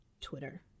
Twitter